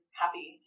happy